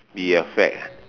be a fad ah